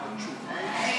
אני